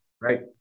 Right